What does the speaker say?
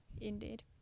indeed